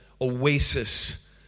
oasis